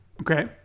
okay